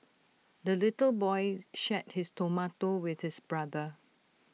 the little boy shared his tomato with his brother